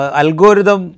algorithm